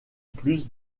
plus